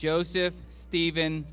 joseph steven